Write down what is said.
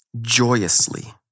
joyously